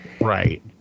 Right